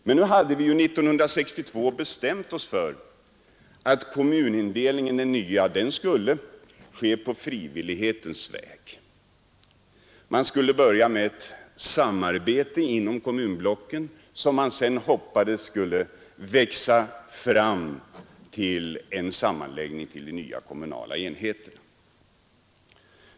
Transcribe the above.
Men vi hade ju 1962 bestämt oss för att den nya kommunindelningen skulle ske på frivillighetens väg — man skulle börja med ett samarbete inom kommunblocken som, hoppades vi, skulle växa till en sammanläggning av de nya kommunala enheterna.